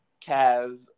Kaz